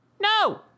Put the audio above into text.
No